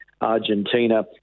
Argentina